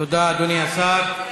תודה, אדוני השר.